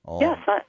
Yes